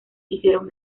hicieron